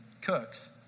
cooks